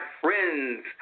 friends